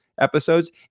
episodes